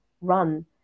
run